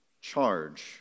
charge